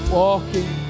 walking